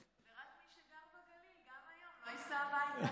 רק מי שגר בגליל גם היום לא ייסע הביתה.